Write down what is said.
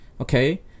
okay